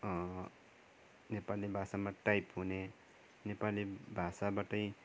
नेपाली भाषामा टाइप हुने नेपाली भाषाबाटै